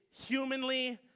humanly